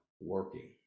working